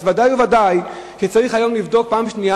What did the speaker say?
אז בוודאי ובוודאי שצריך היום לבדוק פעם שנייה,